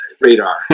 radar